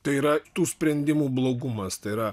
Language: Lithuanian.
tai yra tų sprendimų blogumas tai yra